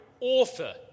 Author